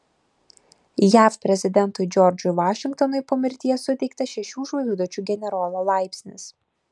jav prezidentui džordžui vašingtonui po mirties suteiktas šešių žvaigždučių generolo laipsnis